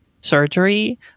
surgery